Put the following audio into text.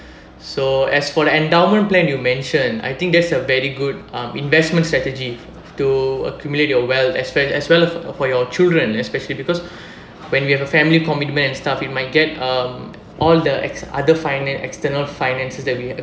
so as for the endowment plan you mentioned I think that's a very good um investment strategy to accumulate your wealth as as well as for your children especially because when we have a family commitment and stuff you might get um all the ex~ other finan~ external finances that we